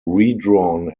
redrawn